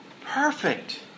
perfect